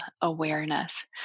awareness